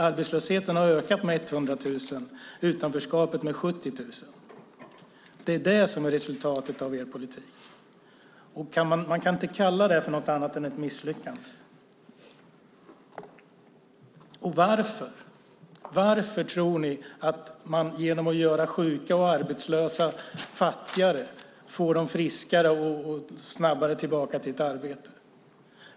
Arbetslösheten har ökat med 100 000 och utanförskapet med 70 000. Det är det som är resultatet av er politik. Man kan inte kalla det för något annat än ett misslyckande. Varför tror ni att man genom att göra sjuka och arbetslösa fattigare får dem friskare och snabbare tillbaka till ett arbete?